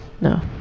No